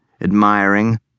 admiring